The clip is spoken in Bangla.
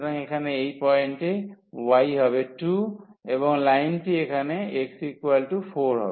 সুতরাং এখানে এই পয়েন্টে y হবে 1 এবং লাইনটি এখানে y4